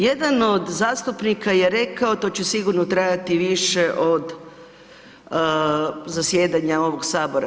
Jedan od zastupnika je rekao to će sigurno trajati više od zasjedanja ovog Sabora.